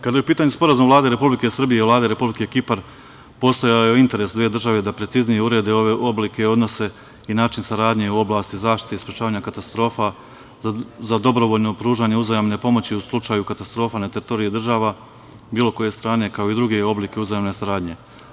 Kada je u pitanju Sporazum Vlade Republike Srbije i Vlade Republike Kipar postojao je interes dve države da preciznije urede ove oblike, odnose i način saradnje u oblasti zaštite i sprečavanja katastrofa za dobrovoljno pružanje uzajamne pomoći u slučaju katastrofa na teritoriji država bilo koje strane kao i druge oblike uzajamne saradnje.